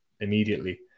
immediately